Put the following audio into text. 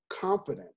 confident